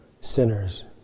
sinners